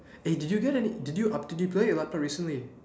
eh did you get any did you did you play recently